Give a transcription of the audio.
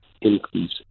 increase